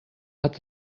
hat